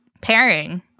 pairing